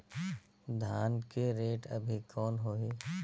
धान के रेट अभी कौन होही?